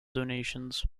donations